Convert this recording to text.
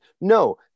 No